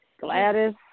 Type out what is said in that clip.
Gladys